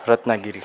Ratnagiri